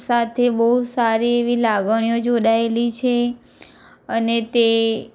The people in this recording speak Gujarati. સાથે બહુ સારી એવી લાગણીઓ જોડાયેલી છે અને તે